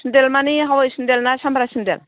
सेन्देल मानि हावै सेन्देल ना सामब्रा सेन्देल